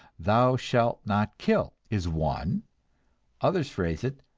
thou shalt not kill, is one others phrase it,